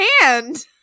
hand